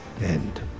end